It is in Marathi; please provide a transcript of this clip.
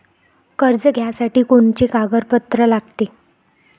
कर्ज घ्यासाठी कोनचे कागदपत्र लागते?